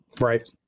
Right